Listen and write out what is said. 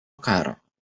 karo